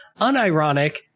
unironic